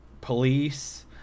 police